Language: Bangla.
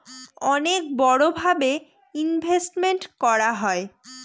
অনেক বড়ো ভাবে ইনভেস্টমেন্ট করা হয়